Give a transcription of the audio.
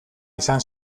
izan